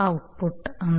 ഔട്ട്പുട്ടാണ്